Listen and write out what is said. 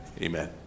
amen